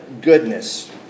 goodness